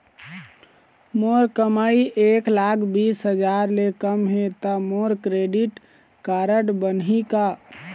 मोर कमाई एक लाख बीस हजार ले कम हे त मोर क्रेडिट कारड बनही का?